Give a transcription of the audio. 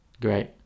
Great